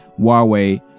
Huawei